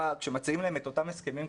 כשמציעים להם את אותם הסכמים,